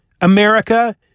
America